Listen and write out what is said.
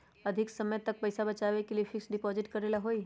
अधिक समय तक पईसा बचाव के लिए फिक्स डिपॉजिट करेला होयई?